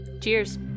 Cheers